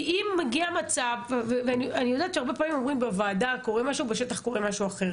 אני יודעת שהרבה פעמים אומרים שבוועדה קורה משהו ובשטח קורה משהו אחר,